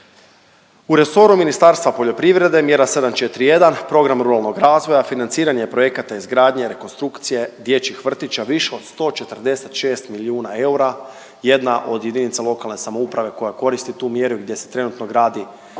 U resoru Ministarstva poljoprivrede mjera 741 Program ruralnog razvoja financiranje projekata izgradnje, rekonstrukcije dječjih vrtića više od 146 milijuna eura. Jedna od jedinica lokalne samouprave koja koristi tu mjeru i gdje se trenutno gradi velik